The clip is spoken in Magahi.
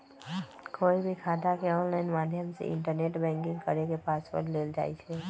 कोई भी खाता के ऑनलाइन माध्यम से इन्टरनेट बैंकिंग करके पासवर्ड लेल जाई छई